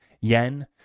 yen